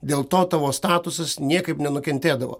dėl to tavo statusas niekaip nenukentėdavo